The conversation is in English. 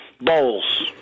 bowls